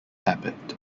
abbot